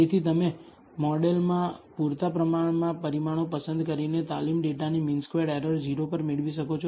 તેથી તમે હંમેશાં મોડેલમાં પૂરતા પ્રમાણમાં પરિમાણો પસંદ કરીને તાલીમ ડેટાની મીન સ્ક્વેર્ડ એરર 0 પર મેળવી શકો છો